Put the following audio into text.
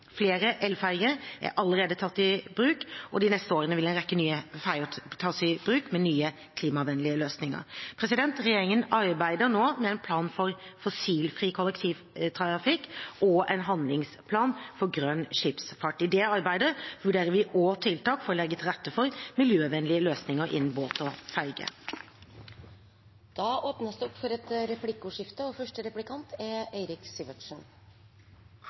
Flere elferjer er allerede tatt i bruk, og de neste årene vil en rekke nye ferjer tas i bruk med nye klimavennlige løsninger. Regjeringen arbeider nå med en plan for fossilfri kollektivtrafikk og en handlingsplan for grønn skipsfart. I det arbeidet vurderer vi også tiltak for å legge til rette for miljøvennlige løsninger innenfor båt og ferje. Det blir replikkordskifte. Kriterier i det kommunale og fylkeskommunale inntektssystemet er